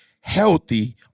healthy